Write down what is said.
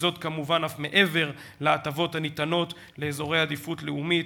וזאת כמובן אף מעבר להטבות הניתנות לאזורי עדיפות לאומית,